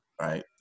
right